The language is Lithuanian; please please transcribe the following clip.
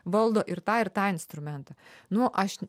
valdo ir tą ir tą instrumentą nu aš